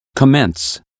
Commence